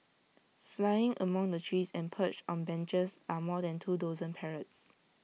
flying among the trees and perched on benches are more than two dozen parrots